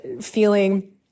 feeling